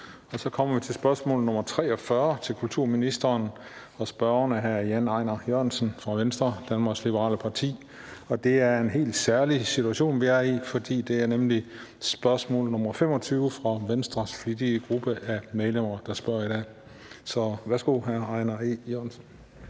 Så kommer vi til spørgsmål nr. 43 til kulturministeren, og spørgeren er hr. Jan Ejnar Jørgensen fra Venstre, Danmarks Liberale Parti, og det er en helt særlig situation, vi er i, for det er nemlig spørgsmål nr. 25 fra Venstres flittige gruppe af medlemmer, der spørger i dag. Kl. 21:04 Spm. nr. S